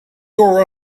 your